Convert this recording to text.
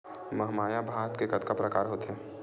महमाया भात के कतका प्रकार होथे?